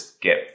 get